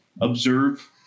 observe